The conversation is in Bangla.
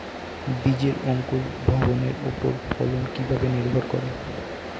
বীজের অঙ্কুর ভবনের ওপর ফলন কিভাবে নির্ভর করে?